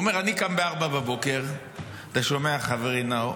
הוא אומר: אני קם ב-04:00, אתה שומע, חברי נאור,